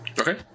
Okay